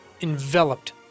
enveloped